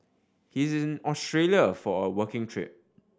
he is in Australia for a working trip